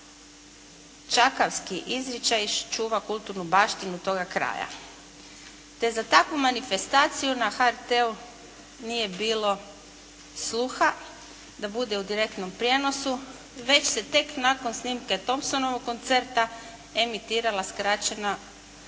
čakavski izričaj i čuva kulturnu baštinu toga kraja, te za takvu manifestaciju na HRT-u nije bilo sluha da bude u direktnom prijenosu, već se tek nakon snimke Thompsonovog koncerta emitirala skraćena